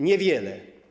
Niewiele.